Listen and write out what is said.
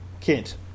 Kent